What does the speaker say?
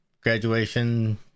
graduation